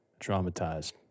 traumatized